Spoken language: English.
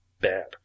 bad